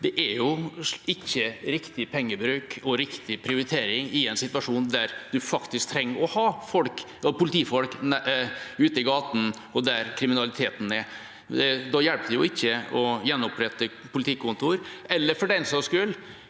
Dette er ikke riktig pengebruk og riktig prioritering i en situasjon hvor man trenger å ha politifolk ute i gatene og der kriminaliteten skjer. Da hjelper det ikke å gjenopprette politikontor eller – for den sakens